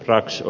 raisio